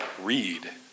read